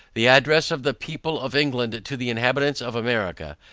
the address of the people of england to the inhabitants of america,